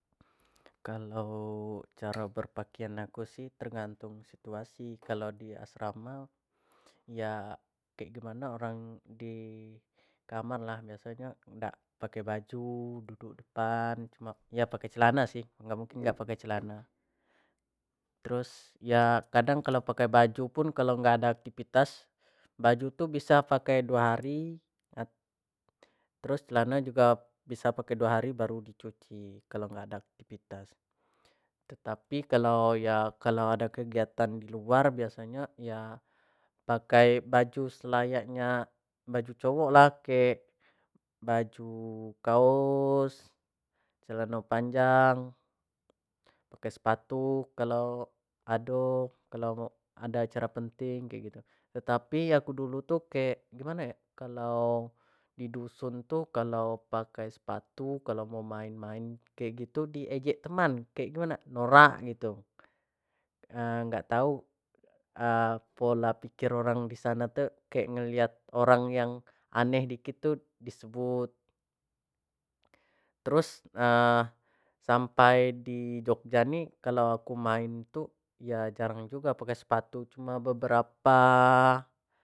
kalua cara berapakaian aku sih tergantung situasi, kalau di asrama ya kek gimano orang di kamar lah, biaso nyo orang dak pake baju duduk depan cuma ya pake celana sih dak mungkin dak pake celano terus ya kadang kalau dak pake baju pun kalo gak ada aktivitas baju tu bisa pakai duo hari terus celano jugo bisa pakai duo hari baru di cuci kalau gak ada akitivitas, tetapi kalau ya kalau ada kegiatan di luar biaso nyo yo pakai baju selayak nya baju cowok lah kek baju kaos, celano panjang pakai sepatu kalau ado kalau acara penting kek gitu tetapi aku dulu tu kek gimano yo kalau di dusun tu kalau pakai sepatu kalo mau main-main kek gitu di ejek teman kek mano norak gitu, gak tau pola piker orang disano tu kek ngelihat orang yang aneh kito disebut terus sampai di jogja ni aku mian ni yo jarang jugo pakai sepatu cuma beberapa